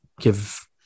give